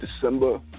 December